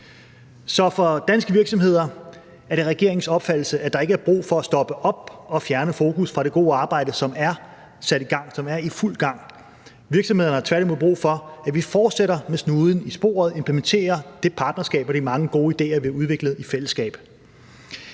for danske virksomheder er det regeringens opfattelse at der ikke er brug for at stoppe op og fjerne fokus fra det gode arbejde, som er i fuld gang. Virksomhederne har tværtimod brug for, at vi fortsætter med snuden i sporet, implementerer det partnerskab og de mange gode ideer, vi har udviklet i fællesskab.